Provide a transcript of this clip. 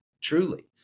truly